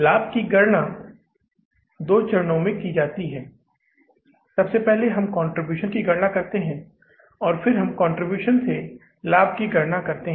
लाभ की गणना दो चरणों में की जाती है सबसे पहले हम कंट्रीब्यूशन की गणना करते हैं और फिर हम कंट्रीब्यूशन से लाभ की गणना करते हैं